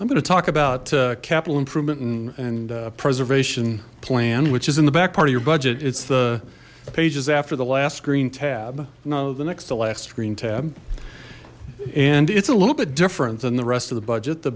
i'm going to talk about capital improvement and preservation plan which is in the back part of your budget it's the pages after the last green tab no the next to last green tab and it's a little bit different than the rest of the budget the